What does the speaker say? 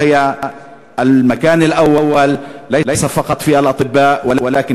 עראבה היא במקום הראשון לא רק ברופאים אלא גם